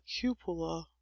cupola